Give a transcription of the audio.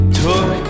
took